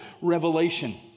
revelation